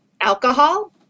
Alcohol